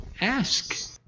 Ask